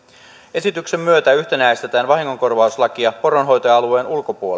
esityksen myötä yhtenäistetään vahingonkorvauslakia poronhoitoalueen ulkopuolella